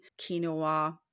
quinoa